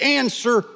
answer